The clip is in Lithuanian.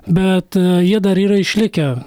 bet jie dar yra išlikę